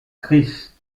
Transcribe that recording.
chris